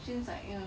since like you know